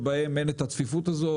שבהם אין הצפיפות הזאת,